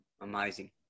amazing